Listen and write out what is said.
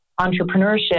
entrepreneurship